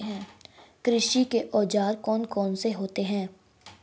कृषि के औजार कौन कौन से होते हैं?